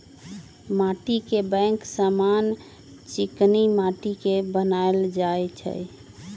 माटीके बैंक समान्य चीकनि माटि के बनायल जाइ छइ